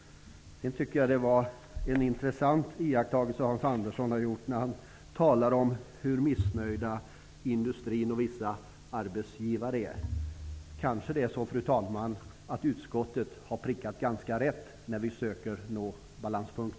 Jag tycker att Hans Andersson har gjort en intressant iakttagelse. Han talar ju om hur missnöjd man är inom industrin och från vissa arbetsgivares håll. Kanske har vi i utskottet ändå, fru talman, prickat ganska så rätt när vi söker nå en balanspunkt.